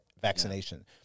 vaccination